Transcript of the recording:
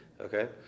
okay